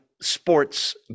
sports